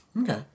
Okay